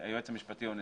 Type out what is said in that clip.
והיועץ המשפטי או נציגו.